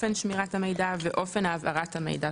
אופן שמירת המידע ואופן העברת המידע.